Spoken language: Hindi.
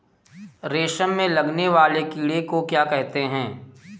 रेशम में लगने वाले कीड़े को क्या कहते हैं?